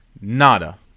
nada